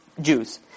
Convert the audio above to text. Jews